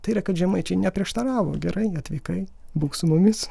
tai yra kad žemaičiai neprieštaravo gerai neatvykai būk su mumis